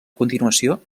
continuació